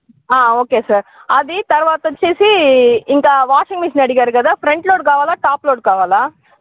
okay sir అది తర్వాత వచ్చి ఇంకా వాషింగ్ మిషన్ అడిగారు కదా ఫ్రంట్ లోడ్ కావాల టాప్ లోడ్ కావాల